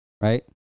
right